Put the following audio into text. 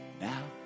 now